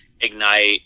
ignite